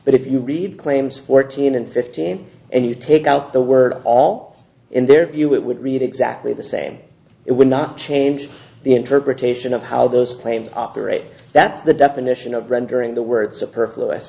but if you read claims fourteen and fifteen and you take out the word all in their view it would read exactly the same it would not change the interpretation of how those planes operate that's the definition of rendering the words of her